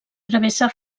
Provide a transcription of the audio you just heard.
travessa